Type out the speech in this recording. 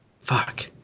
Fuck